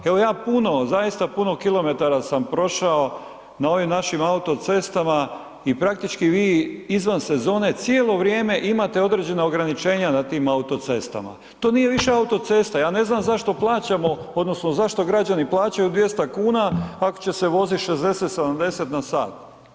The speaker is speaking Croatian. Evo ja puno, zaista puno kilometara sam prošao na ovim našim autocestama i praktički vi izvan sezone cijelo vrijeme imate određena ograničenja na tim autocestama, to nije više autocesta, ja ne znam zašto plaćamo odnosno zašto građani plaćaju 200 kuna ako će se vozit 60, 70 na sat.